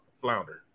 flounder